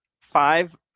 five